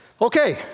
Okay